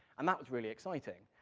and that was really exciting.